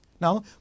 Now